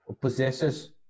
possesses